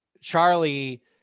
Charlie